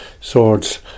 Swords